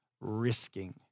risking